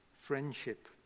friendship